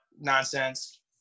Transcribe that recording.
nonsense